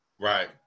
Right